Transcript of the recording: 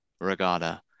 Regatta